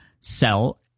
sell